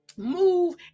move